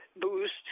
boost